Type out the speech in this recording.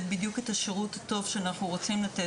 בדיוק את השירות הטוב שאנחנו רוצים לתת,